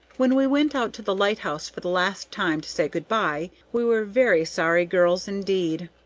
when we went out to the lighthouse for the last time to say good by, we were very sorry girls indeed.